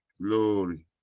glory